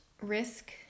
risk